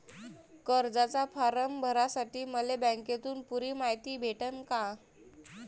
कर्जाचा फारम भरासाठी मले बँकेतून पुरी मायती भेटन का?